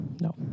No